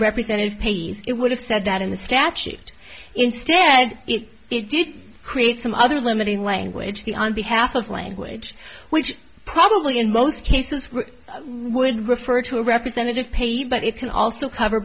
representatives pays it would have said that in the statute instead they did create some other limiting language the on behalf of language which probably in most cases would refer to a representative payee but it can also cover